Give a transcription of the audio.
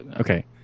Okay